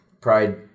Pride